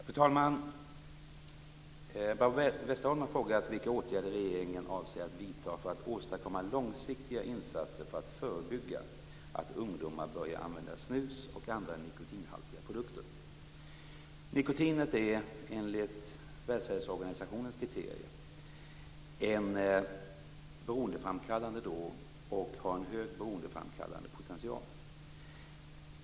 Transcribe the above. Fru talman! Barbro Westerholm har frågat vilka åtgärder regeringen avser att vidta för att åstadkomma långsiktiga insatser för att förebygga att ungdomar börjar använda snus och andra nikotinhaltiga produkter. Nikotinet är enligt WHO:s kriterier en beroendeframkallande drog och har en hög beroendeframkallande potential.